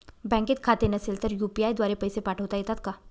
बँकेत खाते नसेल तर यू.पी.आय द्वारे पैसे पाठवता येतात का?